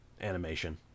animation